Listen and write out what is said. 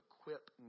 equip